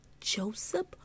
Joseph